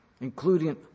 including